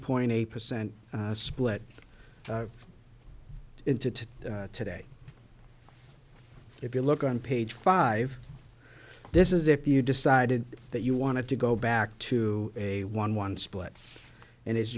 point eight percent split into two today if you look on page five this is if you decided that you wanted to go back to a one one split and as